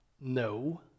No